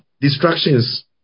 distractions